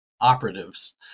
operatives